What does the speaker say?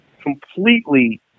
completely